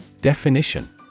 Definition